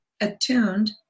attuned